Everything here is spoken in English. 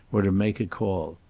or to make a call.